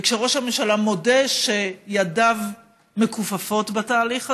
כשראש הממשלה מודה שידיו מכופפות בתהליך הזה,